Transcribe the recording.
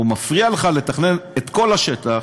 והוא מפריע לך לתכנן את כל השטח,